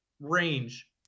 Range